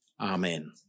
Amen